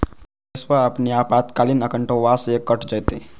पैस्वा अपने आपातकालीन अकाउंटबा से कट जयते?